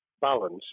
balance